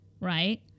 right